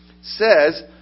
says